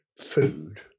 food